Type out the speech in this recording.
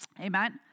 amen